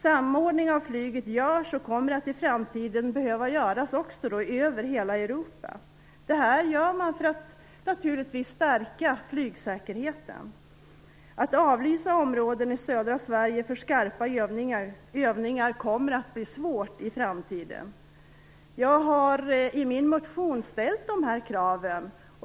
Samordning av flyget görs och kommer att i framtiden behöva göras över hela Europa. Det här gör man för att naturligtvis stärka flygsäkerheten. Att avlysa områden i södra Sverige för skarpa övningar kommer att bli svårt i framtiden. Jag har i min motion ställt dessa krav.